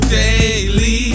daily